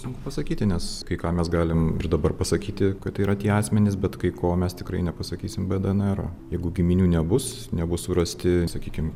sunku pasakyti nes ką mes galim ir dabar pasakyti kad yra tie asmenys bet kai ko mes tikrai nepasakysim be dnro jeigu giminių nebus nebus surasti sakykim